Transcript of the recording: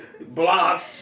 Block